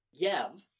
Yev